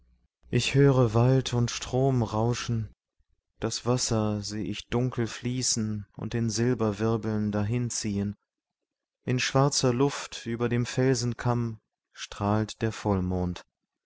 ich höre wald und strom rauschen das wasser seh ich dunkel fließen und in silberwirbeln dahinziehen in schwarzer luft über dem felsenkamm strahlt der vollmond